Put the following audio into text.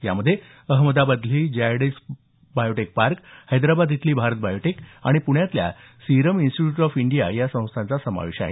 यामध्ये अहमदाबाद इथली Zydus Biotech Park Hyderabad इथली भारत बायोटेक आणि पृण्यातल्या सीरम इन्स्टिट्यूट ऑफ इंडिया या संस्थांचा समावेश आहे